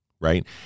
right